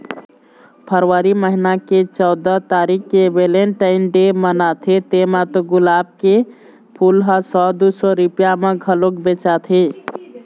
फरवरी महिना के चउदा तारीख के वेलेनटाइन डे मनाथे तेमा तो गुलाब के फूल ह सौ दू सौ रूपिया म घलोक बेचाथे